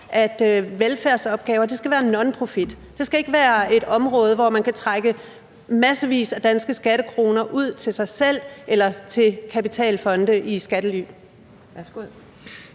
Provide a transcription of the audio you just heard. at velfærdsopgaver skal være nonprofit, og at det ikke skal være et område, hvor man kan trække massevis af danske skattekroner ud til sig selv eller til kapitalfonde i skattely?